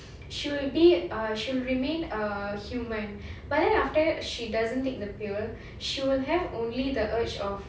she will be err she'll remain a human but then after that she doesn't take the pill she will have only the urge of